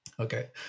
Okay